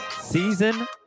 season